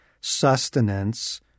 sustenance